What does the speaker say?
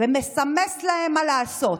ומסמס להם מה לעשות.